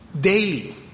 daily